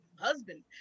husband